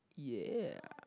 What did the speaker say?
ya